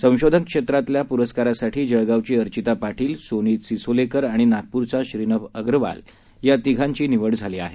संशोधनक्षेत्रातल्यापूरस्कारासाठीजळगावचीअर्चितापाटील Sonit Sisolekar आणिनागपूरचाश्रीनभअग्रवालयातिघांचीनिवडझालीआहे